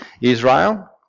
Israel